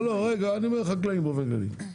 רגע, אני אומר החקלאים באופן כללי.